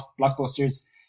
blockbusters